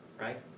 right